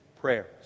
prayers